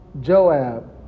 Joab